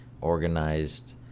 organized